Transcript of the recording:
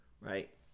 right